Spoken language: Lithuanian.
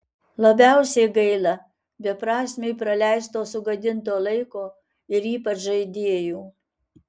labiausiai gaila beprasmiai praleisto sugadinto laiko ir ypač žaidėjų